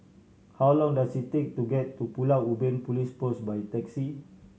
how long does it take to get to Pulau Ubin Police Post by taxi